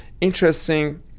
interesting